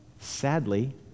Sadly